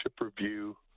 review